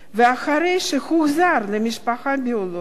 ואחרי שהוחזר למשפחתו הביולוגית